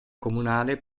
comunale